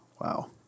Wow